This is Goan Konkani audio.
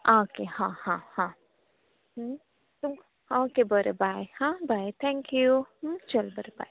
ऑके हां हां हां ओके बरें बाय हां बाय थँक्यू चल बरें बाय